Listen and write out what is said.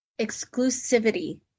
exclusivity